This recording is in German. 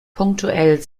punktuell